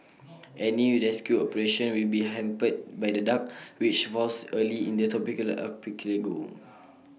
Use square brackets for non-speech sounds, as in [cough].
[noise] any rescue operation will be hampered by the dark [noise] which falls early in the tropical archipelago [noise]